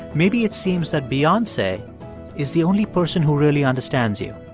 maybe it seems that beyonce is the only person who really understands you.